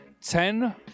Ten